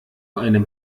einem